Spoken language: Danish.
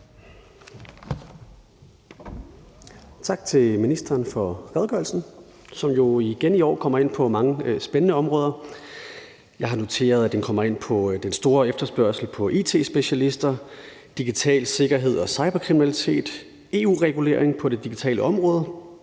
tak til ministeren for redegørelsen, som jo igen i år kommer ind på mange spændende områder. Jeg har noteret, at den kommer ind på den store efterspørgsel på it-specialister, digital sikkerhed og cyberkriminalitet, EU-regulering på det digitale område,